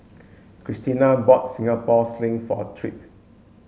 Cristina bought Singapore sling for Tripp